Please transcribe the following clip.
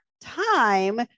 time